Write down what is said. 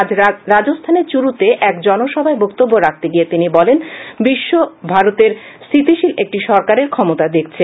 আজ রাজস্থানের চুরুতে এক জনসভায় বক্তব্য রাখতে গিয়ে তিনি বলেন বিশ্ব ভারতের স্হিতিশীল একটি সরকারের ফ্রমতা দেখছে